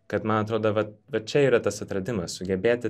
kad man atrodo vat va čia yra tas atradimas sugebėti